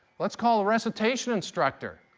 let's call the recitation instructor.